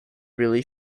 really